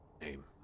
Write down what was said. name